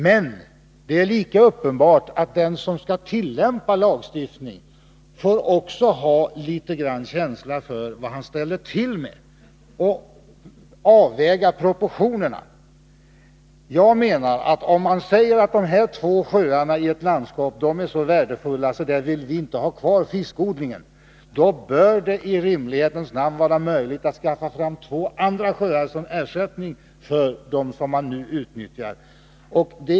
Men det är lika uppenbart att den som skall tillämpa lagstiftningen måste ha litet känsla för vad man ställer till med och avväga proportionerna. Om man nu säger att de här två sjöarna i Halland är så värdefulla att man där inte vill ha kvar fiskodlingen, bör det i rimlighetens namn vara möjligt att välja två andra sjöar som ersättning.